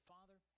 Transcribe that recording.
Father